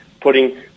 putting